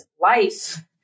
life